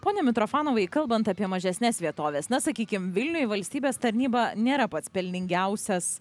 pone mitrofanovai kalbant apie mažesnes vietoves na sakykim vilniuj valstybės tarnyba nėra pats pelningiausias